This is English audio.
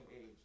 age